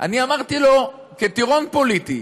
אמרתי לו, כטירון פוליטי: